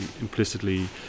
implicitly